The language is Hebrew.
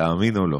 תאמין או לא.